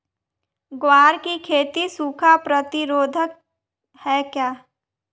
ग्वार की खेती सूखा प्रतीरोधक है क्या?